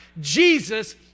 Jesus